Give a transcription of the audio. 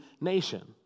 nation